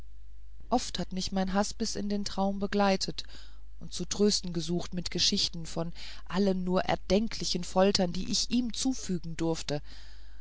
oft hat mich mein haß bis in den traum begleitet und zu trösten gesucht mit geschichten von allen nur erdenklichen foltern die ich ihm zufügen durfte